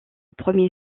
premier